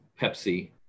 Pepsi